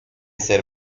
ser